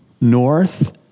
north